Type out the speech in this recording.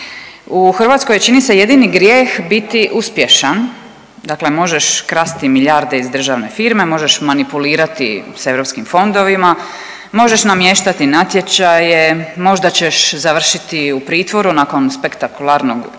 U Hrvatskoj je čini se jedini grijeh biti uspješan. Dakle možeš krasti milijarde iz državne firme, možeš manipulirati sa europskim fondovima, možeš namještati natječaje, možda ćeš završiti u pritvoru nakon spektakularnog uhićenja